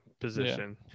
position